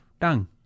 tongue